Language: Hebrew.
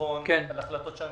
(היו"ר ינון אזולאי) זה לא היה בהחלטת הממשלה,